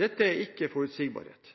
Dette er ikke forutsigbarhet.